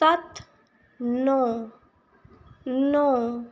ਸੱਤ ਨੌਂ ਨੌਂ